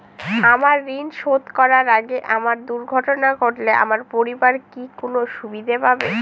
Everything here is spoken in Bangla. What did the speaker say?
আমার ঋণ শোধ করার আগে আমার দুর্ঘটনা ঘটলে আমার পরিবার কি কোনো সুবিধে পাবে?